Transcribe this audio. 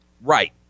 Right